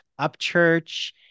Upchurch